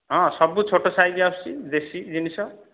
ହଁ ସବୁ ଛୋଟ ସାଇଜ୍ ଆସୁଛି ଦେଶୀ ଜିନିଷ